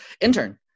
intern